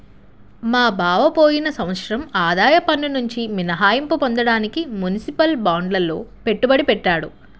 మా బావ పోయిన సంవత్సరం ఆదాయ పన్నునుంచి మినహాయింపు పొందడానికి మునిసిపల్ బాండ్లల్లో పెట్టుబడి పెట్టాడు